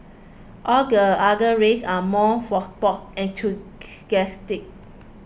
all the other races are more for sports enthusiasts